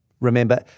Remember